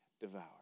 devour